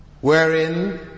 wherein